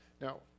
now